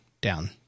down